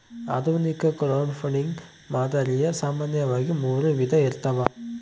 ಆಧುನಿಕ ಕ್ರೌಡ್ಫಂಡಿಂಗ್ ಮಾದರಿಯು ಸಾಮಾನ್ಯವಾಗಿ ಮೂರು ವಿಧ ಇರ್ತವ